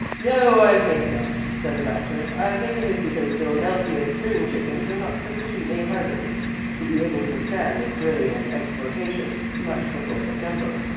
no, i think not, said the doctor. i think it is because philadelphia spring chickens are not sufficiently hardened to be able to stand the strain of exportation much before september,